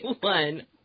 one